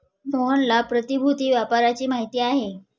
मोहनला प्रतिभूति व्यापाराची माहिती आहे